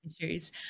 issues